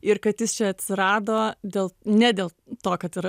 ir kad jis čia atsirado dėl ne dėl to kad yra